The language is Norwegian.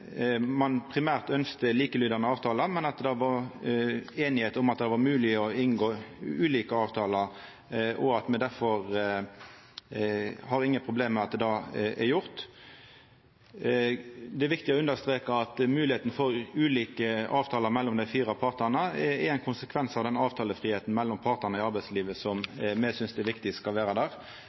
ein primært ønskte likelydande avtalar, men at det var einigheit om at det var mogleg å inngå ulike avtalar, og at me difor ikkje har nokon problem med at det er gjort. Det er viktig å understreka at moglegheita for ulike avtalar mellom dei fire partane er ein konsekvens av avtalefridomen mellom partane i arbeidslivet, som me synest det er viktig at skal vera der.